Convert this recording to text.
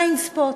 Blindspot.